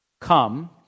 Come